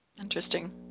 Interesting